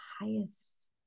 highest